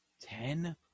Ten